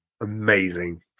amazing